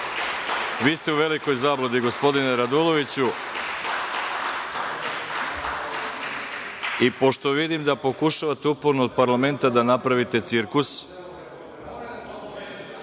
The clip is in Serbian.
vi ste u velikoj zabludi, gospodine Raduloviću. Pošto vidim da pokušavate uporno od parlamenta da napravite cirkus…(Saša